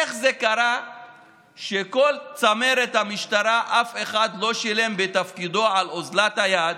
איך קרה שבכל צמרת המשטרה אף אחד לא שילם בתפקידו על אוזלת היד